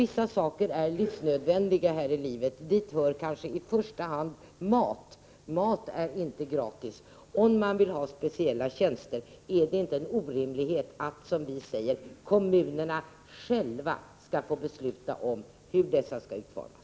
Vissa saker är livsnödvändiga. Dit hör kanske i första hand mat. Mat är inte gratis. Om man vill ha speciella tjänster är det inte orimligt att, som vi säger, kommunerna själva får besluta om hur dessa skall utformas.